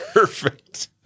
Perfect